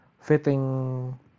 fitting